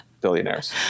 billionaires